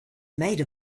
made